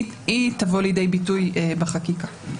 היא תבוא לידי ביטוי בחקיקה.